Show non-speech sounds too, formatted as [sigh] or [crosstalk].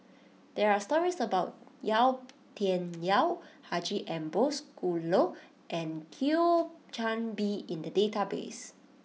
there are stories about Yau Tian [noise] Yau Haji Ambo Sooloh and Thio Chan Bee in the database